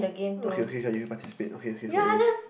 okay okay let you participate okay okay sorry